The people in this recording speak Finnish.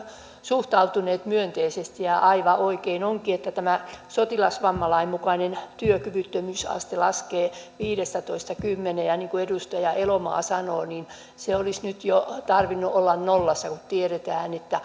suhtautuneet myönteisesti aivan oikein onkin että tämä sotilasvammalain mukainen työkyvyttömyysaste laskee viidestätoista kymmeneen ja niin kuin edustaja elomaa sanoo niin sen olisi nyt jo tarvinnut olla nollassa kun tiedetään että